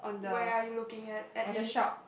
where are you looking at at the